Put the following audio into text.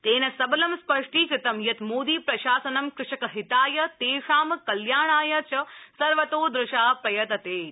तेन सबलं स्पष्टीकृतं यत मोदी प्रशासनं कृषकहिताय तेषां कल्याणाय च सर्वतोदृशा प्रयतते इति